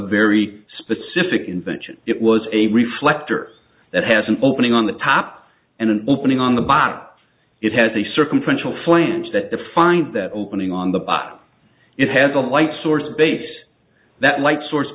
very specific invention it was a reflector that has an opening on the top and an opening on the bottom it has a circumstantial flange that defined that opening on the bottom it has a light source base that light source